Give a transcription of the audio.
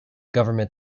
government